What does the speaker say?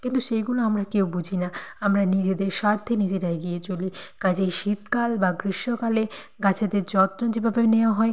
কিন্তু সেইগুলো আমরা কেুউ বুঝি না আমরা নিজেদের স্বার্থে নিজেরা এগিয়ে চলি কাজেই শীতকাল বা গ্রীষ্মকালে গাছেদের যত্ন যেভাবে নেওয়া হয়